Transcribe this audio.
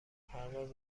پرواز